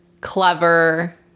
clever